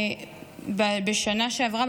בשנה שעברה,